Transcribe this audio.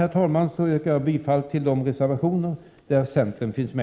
Med detta yrkar jag bifall till de reservationer där centern finns med.